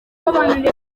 abandi